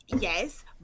Yes